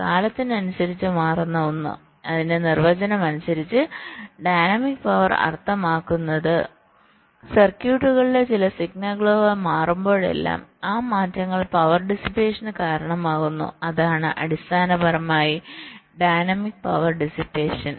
കാലത്തിനനുസരിച്ച് മാറുന്ന ഒന്ന് അതിന്റെ നിർവചനം അനുസരിച്ച് ഡൈനാമിക് പവർ അർത്ഥമാക്കുന്നത് സർക്യൂട്ടുകളിലെ ചില സിഗ്നലുകൾ മാറുമ്പോഴെല്ലാം ആ മാറ്റങ്ങൾ പവർ ഡിസിപ്പേഷന് കാരണമാകുന്നു അതാണ് അടിസ്ഥാനപരമായി dynamic power dissipation power dissipation